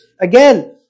Again